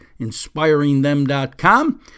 inspiringthem.com